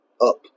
up